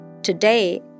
Today